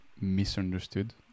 misunderstood